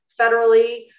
federally